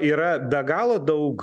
yra be galo daug